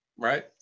Right